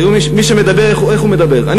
תראו מי שמדבר איך הוא מדבר: "אני